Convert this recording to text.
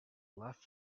left